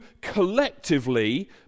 collectively